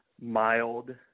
mild